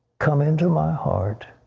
come into my heart,